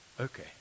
Okay